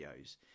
videos